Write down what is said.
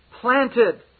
planted